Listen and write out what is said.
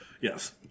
Yes